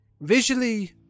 visually